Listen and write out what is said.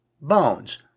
bones